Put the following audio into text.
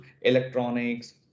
electronics